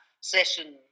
session